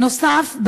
בנוסף,